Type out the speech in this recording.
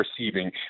receiving